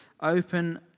open